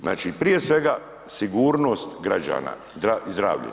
Znači, prije svega sigurnost građana i zdravlje.